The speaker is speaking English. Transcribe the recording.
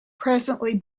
presently